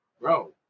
Bro